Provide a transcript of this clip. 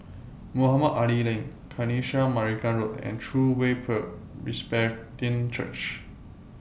Mohamed Ali Lane Kanisha Marican Road and True Way Presbyterian Church